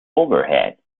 overhead